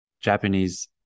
Japanese